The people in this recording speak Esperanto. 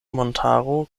montaro